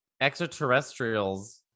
extraterrestrials